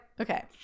Okay